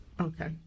okay